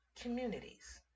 communities